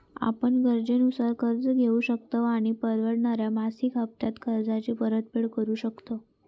आपण गरजेनुसार कर्ज घेउ शकतव आणि परवडणाऱ्या मासिक हप्त्त्यांत कर्जाची परतफेड करु शकतव